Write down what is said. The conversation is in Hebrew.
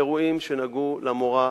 אירועים שנגעו למורה,